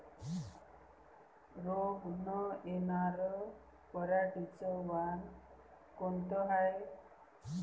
रोग न येनार पराटीचं वान कोनतं हाये?